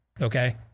Okay